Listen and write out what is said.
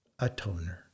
atoner